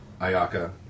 Ayaka